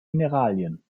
mineralien